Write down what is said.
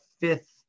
fifth